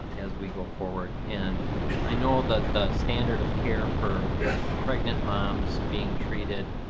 as we go forward and i know that the standard of care for pregnant moms being treated